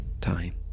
time